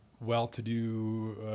well-to-do